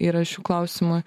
yra šių klausimų